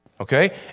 Okay